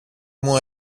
μου